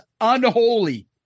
Unholy